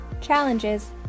challenges